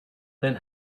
then